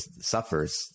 suffers